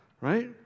right